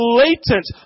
latent